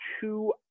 two